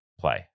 play